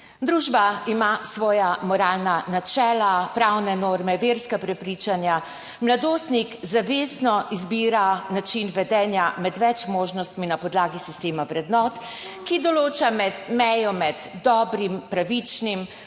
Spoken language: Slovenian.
Družba ima svoja moralna načela, pravne norme, verska prepričanja. Mladostnik zavestno izbira način vedenja med več možnostmi na podlagi sistema vrednot, ki določa mejo med dobrim, pravičnim,